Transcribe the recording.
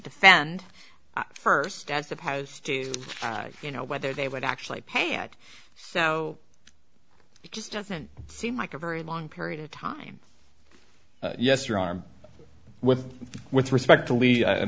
defend first as opposed to you know whether they would actually pay out so it just doesn't seem like a very long period of time yes you're armed with with respect to lead i